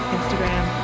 Instagram